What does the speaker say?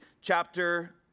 chapter